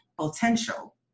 potential